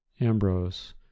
Ambrose